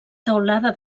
teulada